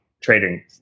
trading